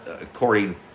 according